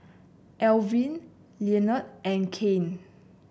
Alwine Lenord and Kane